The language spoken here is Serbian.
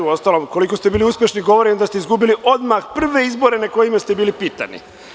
Uostalom, koliko ste bili uspešni govori to da ste izgubili odmah prve izbore na kojima ste bili pitani.